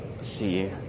see